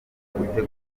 ubukwe